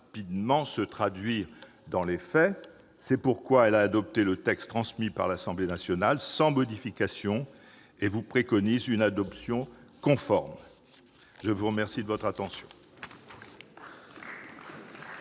rapidement se traduire dans les faits. C'est pourquoi elle a adopté le texte transmis par l'Assemblée nationale sans modification et préconise son adoption conforme par le Sénat.